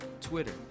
Twitter